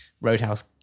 Roadhouse